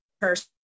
person